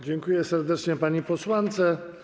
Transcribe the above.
Dziękuję serdecznie pani posłance.